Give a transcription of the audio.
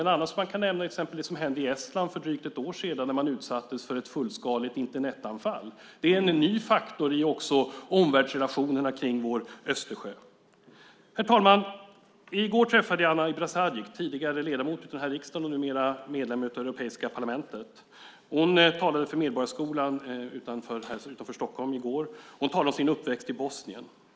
En annan som jag kan nämna är det som hände i Estland för drygt ett år sedan då man utsattes för ett fullskaligt Internetanfall. Det är en ny faktor i omvärldsrelationerna kring vår Östersjö. Herr talman! I går träffade jag Anna Ibrasagic, tidigare ledamot av denna riksdag och numera medlem av Europaparlamentet. Hon talade för Medborgarskolan utanför Stockholm i går. Hon talade om sin uppväxt i Bosnien.